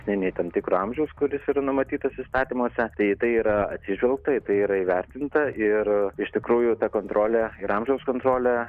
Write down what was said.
nei nei tam tikro amžiaus kuris ir numatytas įstatymuose tai į tai yra atsižvelgta tai yra įvertinta ir iš tikrųjų ta kontrolė ir amžiaus kontrolė